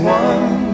one